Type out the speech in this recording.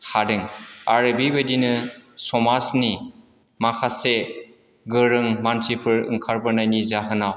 हादों आरो बिबादिनो समाजनि माखासे गोरों मानसिफोर ओंखारबोनायनि जाहोनाव